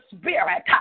spirit